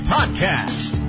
Podcast